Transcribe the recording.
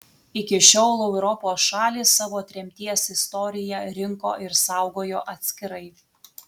iki šiol europos šalys savo tremties istoriją rinko ir saugojo atskirai